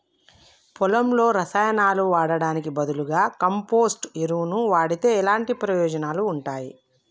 పొలంలో రసాయనాలు వాడటానికి బదులుగా కంపోస్ట్ ఎరువును వాడితే ఎలాంటి ప్రయోజనాలు ఉంటాయి?